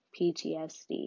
PTSD